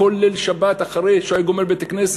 כל ליל שבת אחרי שהיה גומר בבית-הכנסת,